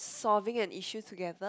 solving an issue together